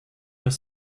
was